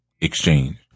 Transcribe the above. exchange